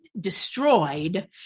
destroyed